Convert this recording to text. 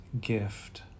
gift